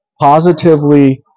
positively